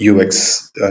UX